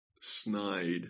snide